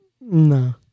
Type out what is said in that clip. no